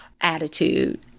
attitude